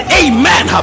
amen